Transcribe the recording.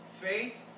Faith